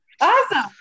Awesome